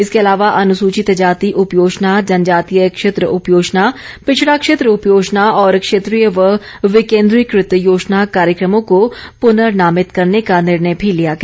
इसके अलावा अनुसूचित जाति उप योजना जनजातीय क्षेत्र उप योजना पिछड़ा क्षेत्र उप योजना और क्षेत्रीय व विकेन्द्रीकृत योजना कार्यकमों को पुनर्नामित करने का निर्णय भी लिया गया